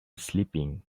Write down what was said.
sleeping